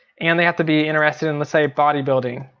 and they have to be interested in let's say body building.